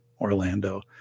Orlando